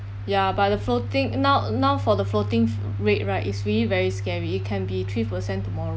ya but the floating now now for the floating f~ rate right is really very scary it can be three percent tomorrow